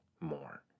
more